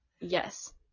yes